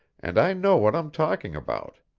and i know what i'm talking about.